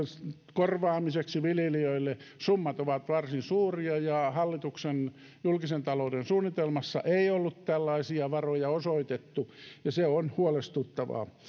korvaamiseksi viljelijöille summat ovat varsin suuria eikä hallituksen julkisen talouden suunnitelmassa ollut tällaisia varoja osoitettu ja se on huolestuttavaa